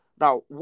Now